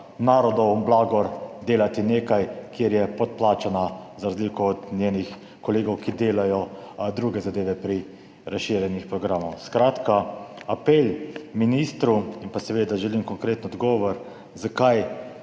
narodov blagor delati nekaj, kjer je podplačana za razliko od njenih kolegov, ki delajo druge zadeve pri razširjenih programih. Skratka, apel ministru. Seveda želim tudi konkreten odgovor na